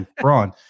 Braun